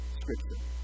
scripture